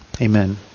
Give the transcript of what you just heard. Amen